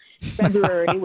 February